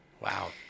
Wow